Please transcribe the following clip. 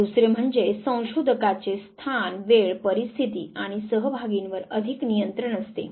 आणि दुसरे म्हणजे संशोधकाचे स्थान वेळ परिस्थिती आणि सहभागींवर अधिक नियंत्रण असते